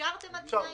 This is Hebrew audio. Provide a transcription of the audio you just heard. אפשרתם עד 2 ביולי?